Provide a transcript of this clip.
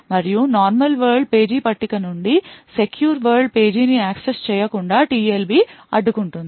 మరియు normal world page పట్టిక నుండి సెక్యూర్ వరల్డ్ పేజీని యాక్సెస్ చేయకుండా TLB అడ్డుకుంటుంది